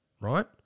right